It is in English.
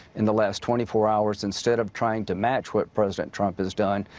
in the last twenty four hours. instead of trying to match what president trump has done,